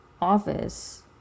office